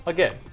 Again